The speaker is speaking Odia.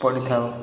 ପଢ଼ିଥାଉ